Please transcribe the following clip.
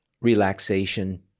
relaxation